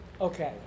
Okay